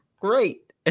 great